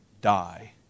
die